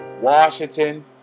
Washington